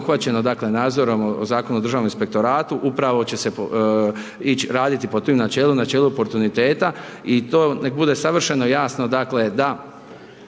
dakle, nadzorom, Zakon o državnom inspektoratu, upravo će se ići raditi po tom načelu, načelu oportuniteta. I to neka bude savršeno jasno dakle da